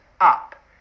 up